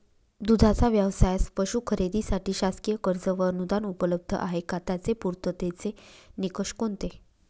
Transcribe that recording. दूधाचा व्यवसायास पशू खरेदीसाठी शासकीय कर्ज व अनुदान उपलब्ध आहे का? त्याचे पूर्ततेचे निकष कोणते?